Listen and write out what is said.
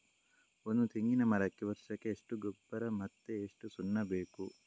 ಒಂದು ತೆಂಗಿನ ಮರಕ್ಕೆ ವರ್ಷಕ್ಕೆ ಎಷ್ಟು ಗೊಬ್ಬರ ಮತ್ತೆ ಎಷ್ಟು ಸುಣ್ಣ ಬೇಕು?